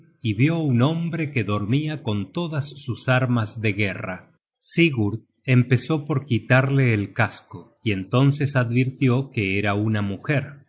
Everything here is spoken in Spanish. y vió un hombre que dormia con todas sus armas de guerra sigurd empezó por quitarle el casco y entonces advirtió que era una mujer